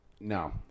No